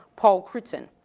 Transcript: paul crutzen.